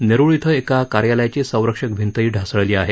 नेरुळ इथं एका कार्यालयाची संरक्षक भिंतही ढासळली आहे